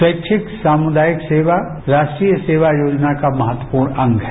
स्वैच्छिक सामुदायिक सेवा राष्ट्रीय सेवायोजना का महत्वपूर्ण अंग है